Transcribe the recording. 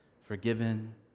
forgiven